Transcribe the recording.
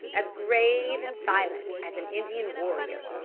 as grave and silent as an indian warrior.